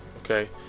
okay